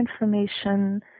Information